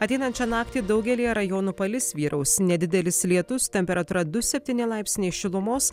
ateinančią naktį daugelyje rajonų palis vyraus nedidelis lietus temperatūra du septyni laipsniai šilumos